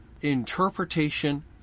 interpretation